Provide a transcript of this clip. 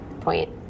point